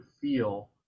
feel